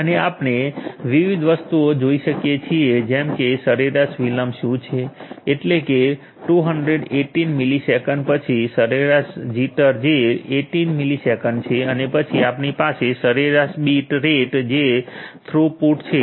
અને આપણે વિવિધ વસ્તુઓ જોઈ શકીએ છીએ જેમ કે સરેરાશ વિલંબ શું છે એટલે કે 218 મિલિસેકંડ પછી સરેરાશ જીટર જે 18 મિલિસેકંડ છે અને પછી આપણી પાસે સરેરાશ બીટ રેટ છે જે થ્રુપુટ છે